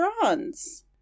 bronze